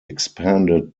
expanded